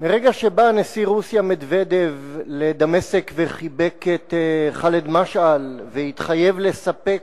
מרגע שבא נשיא רוסיה מדוודב לדמשק וחיבק את ח'אלד משעל והתחייב לספק